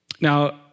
now